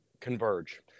converge